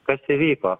kas įvyko